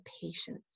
patience